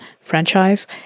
franchise